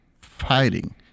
Fighting